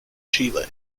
chile